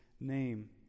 name